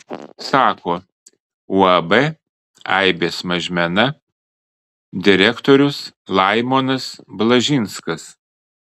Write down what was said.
sako uab aibės mažmena direktorius laimonas blažinskas